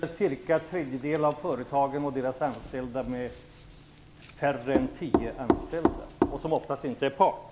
Är Socialdemokraterna beredda att ta hänsyn till den tredjedel av företagen som har färre än tio anställda, och som oftast inte är part?